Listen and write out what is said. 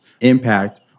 impact